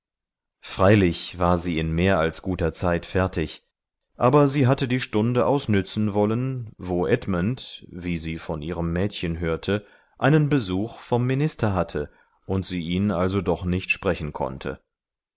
freilich war sie in mehr als guter zeit fertig aber sie hatte die stunde ausnützen wollen wo edmund wie sie von ihrem mädchen hörte einen besuch vom minister hatte und sie ihn also doch nicht sprechen konnte